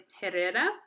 Herrera